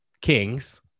kings